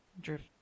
drift